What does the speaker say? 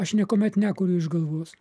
aš niekuomet nekuriu iš galvos